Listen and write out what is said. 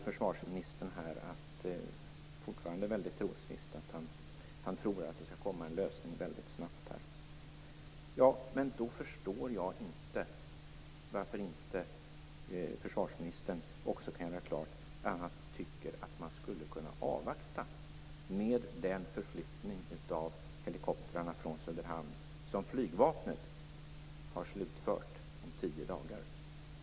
Försvarsministern säger fortfarande mycket trosvisst att han tror att det skall komma en lösning väldigt snabbt. Men då förstår jag inte varför försvarsministern inte också kan göra klart om han tycker att man skulle kunna avvakta med den förflyttning av helikoptrarna från Söderhamn som Flygvapnet har slutfört om tio dagar.